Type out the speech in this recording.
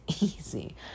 easy